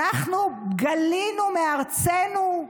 שאנחנו גלינו מארצנו,